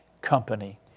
company